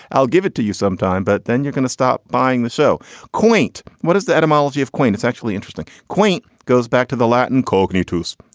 i'll give it to you sometime. but then you're gonna stop buying the so quaint. what is the etymology of quain? it's actually interesting. quaint goes back to the latin colgin u two s.